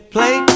Play